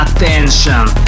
Attention